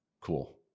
Cool